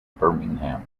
birmingham